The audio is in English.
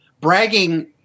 bragging